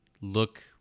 look